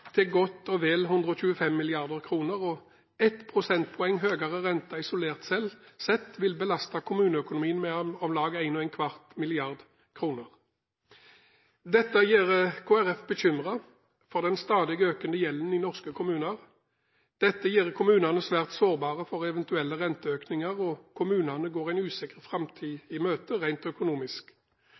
godt og vel 125 mrd. kr. 1 prosentpoeng høyere rente isolert sett vil belaste kommuneøkonomien med om lag 1,25 mrd. kr. Dette gjør Kristelig Folkeparti bekymret for den stadig økende gjelden i norske kommuner. Dette gjør kommunene svært sårbare for eventuelle renteøkninger, og kommunene går en usikker framtid i møte rent økonomisk.